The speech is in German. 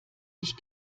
ich